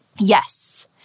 Yes